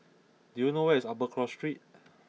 do you know where is Upper Cross Street